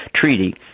treaty